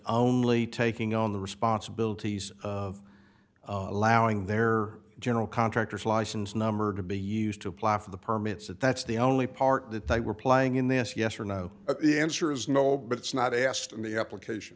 only taking on the responsibilities of allowing their general contractor's license number to be used to apply for the permits and that's the only part that they were playing in this yes or no at the answer is no but it's not asked in the application